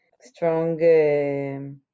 strong